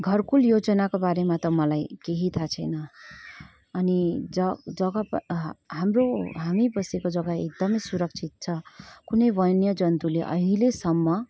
घरकुल योजनाको बारेमा मलाई केही थाहा छैन अनि ज जग्गा प हाम्रो हामी बसेको जग्गा एकदमै सुरक्षित छ कुनै वन्य जन्तुले अहिलेसम